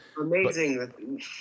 amazing